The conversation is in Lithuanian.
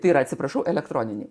tai yra atsiprašau elektroninį